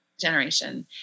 generation